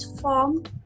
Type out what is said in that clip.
formed